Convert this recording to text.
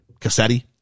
cassetti